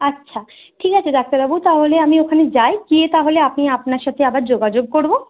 আচ্ছা ঠিক আছে ডাক্তারবাবু তাহলে আমি ওখানে যাই গিয়ে তাহলে আমি আপনার সাথে আবার যোগাযোগ করব